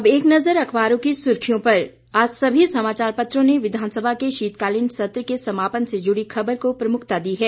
अब एक नज़र अखबारों की सुर्खियों पर आज सभी समाचार पत्रों ने विधानसभा के शीतकालीन सत्र के समापन से जुड़ी ख़बर को प्रमुखता दी है